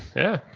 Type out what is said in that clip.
yeah.